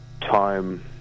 time